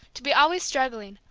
to be always struggling,